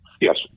Yes